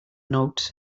note